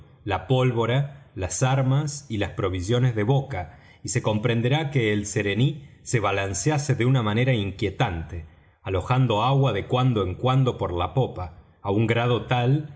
la pólvora las armas y las provisiones de boca y se comprenderá que el serení se balancease de una manera inquietante alojando agua de cuando en cuando por la popa á un grado tal